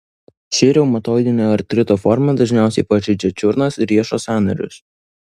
ši reumatoidinio artrito forma dažniausiai pažeidžia čiurnos ir riešo sąnarius